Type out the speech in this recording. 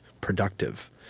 productive